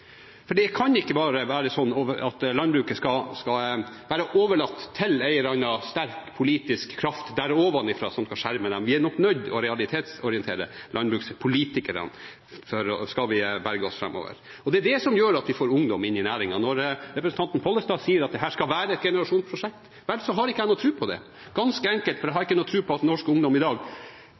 Vårherre. Det kan ikke være sånn at landbruket skal være overlatt til en eller annen sterk politisk kraft der noen ovenfra skal skjerme det. Vi er nok nødt til å realitetsorientere landbrukspolitikerne skal vi berge oss framover. Det er det som gjør at vi får ungdom inn i næringen. Når representanten Pollestad sier at dette skal være et generasjonsprosjekt, vel, så har ikke jeg noen tro på det, ganske enkelt fordi jeg ikke har tro på at norsk ungdom i dag